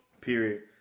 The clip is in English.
period